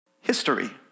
history